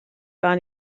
gar